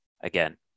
Again